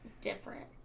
different